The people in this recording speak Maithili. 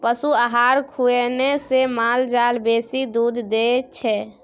पशु आहार खुएने से माल जाल बेसी दूध दै छै